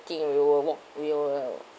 walking you know walk will uh